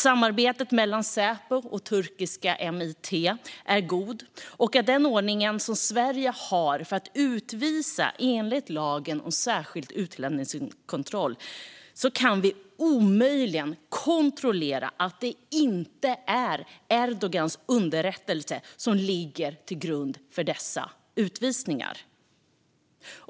Samarbetet mellan Säpo och turkiska MIT är gott, och med den ordning som Sverige har för att utvisa enligt lagen om särskild utlänningskontroll kan vi omöjligen kontrollera att det inte är Erdogans underrättelse som ligger till grund för dessa utvisningar.